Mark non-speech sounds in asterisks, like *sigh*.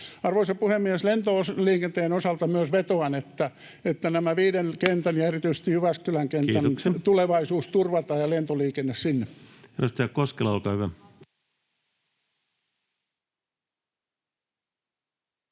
Arvoisa puhemies! Lentoliikenteen osalta myös vetoan, että näiden viiden kentän *noise* ja erityisesti Jyväskylän kentän tulevaisuus ja lentoliikenne niille